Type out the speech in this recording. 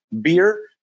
beer